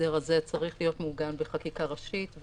ההסדר הזה צריך להיות מעוגן בחקיקה ראשית,